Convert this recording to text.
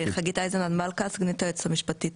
סגנית היועצת המשפטית,